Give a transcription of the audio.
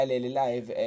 live